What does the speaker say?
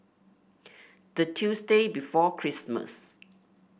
the Tuesday before Christmas